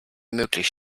möglich